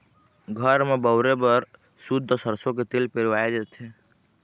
घर म बउरे बर सुद्ध सरसो के तेल पेरवाए जाथे